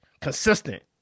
consistent